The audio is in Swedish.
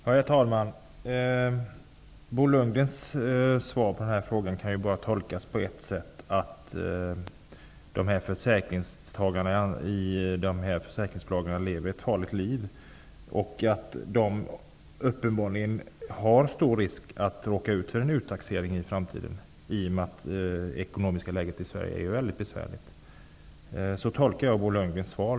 Herr talman! Bo Lundgrens svar på denna fråga kan tolkas på bara ett sätt, nämligen att försäkringstagarna i dessa försäkringsbolag lever ett farligt liv. De löper uppenbarligen stor risk att råka ut för en uttaxering i framtiden i och med att det ekonomiska läget i Sverige är mycket besvärligt. Så tolkar jag Bo Lundgrens svar.